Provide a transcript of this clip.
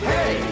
Hey